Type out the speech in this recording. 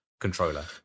controller